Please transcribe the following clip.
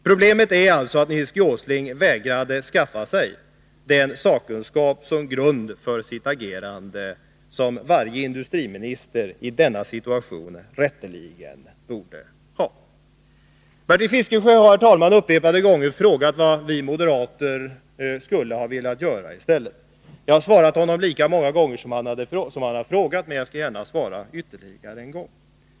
Problemet är alltså att Nils G. Åsling vägrade skaffa sig den sakkunskap som grund för sitt agerande som varje industriminister i denna situation rätteligen borde ha. Bertil Fiskesjö har, herr talman, upprepade gånger frågat vad vi moderater skulle ha velat göra i stället. Jag har svarat honom lika många gånger som han har frågat, men jag skall gärna svara ytterligare en gång.